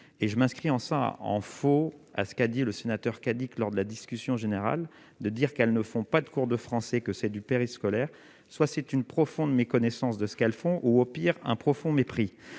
et je m'inscris en en faux à ce qu'a dit le sénateur Cadic lors de la discussion générale, de dire qu'elles ne font pas de cours de français que c'est du périscolaire, soit c'est une profonde méconnaissance de ce qu'elles font, ou au pire un profond mépris